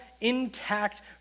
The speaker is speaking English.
intact